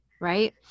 right